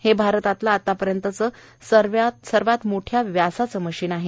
हे भारतातलं आतापर्यंतचं सर्वात मोठ्या व्यासाचे मशीन आहे